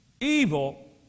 evil